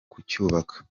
kucyubaka